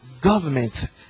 government